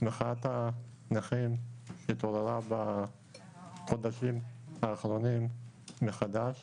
מחאת הנכים התעוררה בחודשים האחרונים מחדש